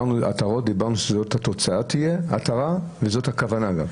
דיברנו שזאת התוצאה תהיה, התרה, וזאת הכוונה גם.